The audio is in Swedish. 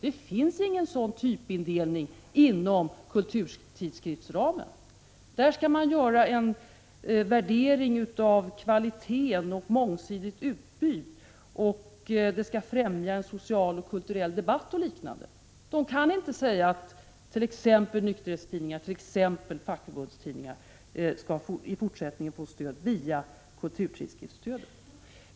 Det finns ingen sådan typindelning inom ramen för kulturtidskriftsstödet. Det skall göras en värdering av kvaliteten och av utbudets mångsidighet. Vidare skall tidskriften främja en social eller kulturell debatt, etc. Man kan inte säga att t.ex. nykterhetsrörelsens eller fackförbundens tidningar i fortsättningen skall få bidrag genom kulturtidskriftsstödet.